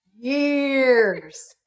years